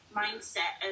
mindset